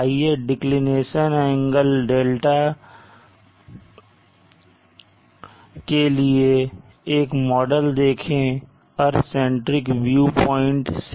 आइए डिक्लिनेशन δ के लिए एक मॉडल देखें अर्थ सेंट्रिक व्यू प्वाइंट से